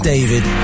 David